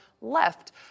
left